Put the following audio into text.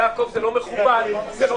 זה לא מכובד ולא